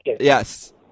Yes